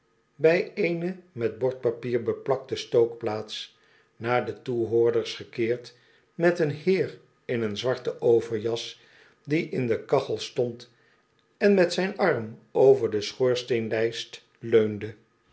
bij eene met bordpapier beplakte stookplaats naaide toehoorders gekeerd met een heer in een zwarten overjas die in de kachel stond en met zijn arm over de schoorsteenlijst